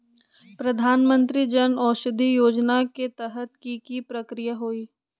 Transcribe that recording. प्रधानमंत्री जन औषधि योजना के तहत की की प्रक्रिया होई?